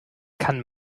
kann